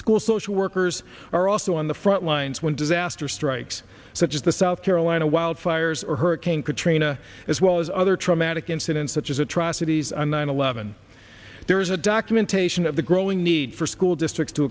school social workers are also on the front lines when disaster strikes such as the south carolina wildfires or hurricane katrina as well as other traumatic incidents such as atrocities on nine eleven there is a documentation of the growing need for school districts to